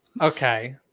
Okay